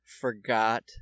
forgot